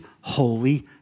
holy